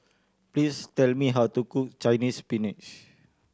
please tell me how to cook Chinese Spinach